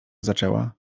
zaczęła